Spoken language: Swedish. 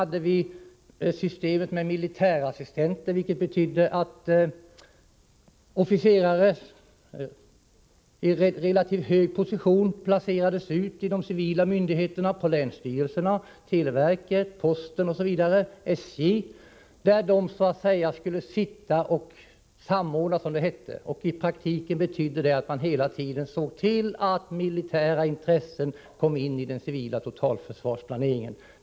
Vi hade förut systemet med militärassistenter, vilket betydde att Beredskapslagring officerare i relativt hög position placerades ut i de civila verksamheterna = avoljaoch kol länsstyrelserna, televerket, posten, SJ osv. Där skulle de sitta och samordna, mm som det hette. I praktiken betydde det att man hela tiden såg till att militära intressen kom in i den civila totalförsvarsplaneringen.